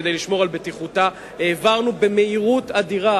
כדי לשמור על בטיחותה העברנו במהירות אדירה